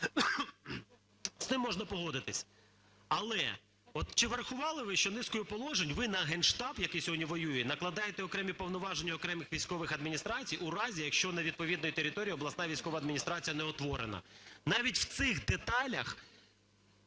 З цим можна погодитись. Але от чи врахували ви, що низкою положень ви на Генштаб, який сьогодні воює, накладає окремі повноваження окремих військових адміністрацій у разі, якщо на відповідній території обласна військова адміністрація не утворена? Навіть в цих деталях